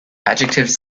adjectives